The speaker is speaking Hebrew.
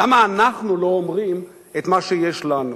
למה אנחנו לא אומרים את מה שיש לנו לומר?